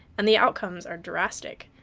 and the outcomes are drastic.